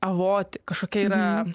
avoti kažkokia yra